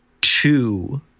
two